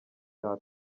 cya